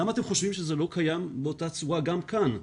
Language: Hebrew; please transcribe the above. למה אתם חושבים שזה לא קיים באותה צורה גם כאן?